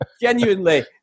genuinely